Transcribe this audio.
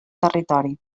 territori